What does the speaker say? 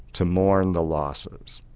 to mourn the losses.